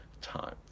time